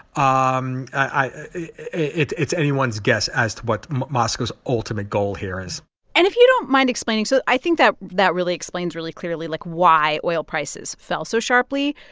um it's it's anyone's guess as to what moscow's ultimate goal here is and if you don't mind explaining so i think that that really explains really clearly, like, why oil prices fell so sharply.